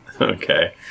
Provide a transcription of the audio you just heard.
Okay